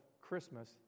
Christmas